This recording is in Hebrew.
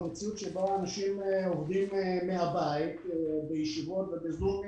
במציאות שבה אנשים עובדים מהבית בישיבות ובזום,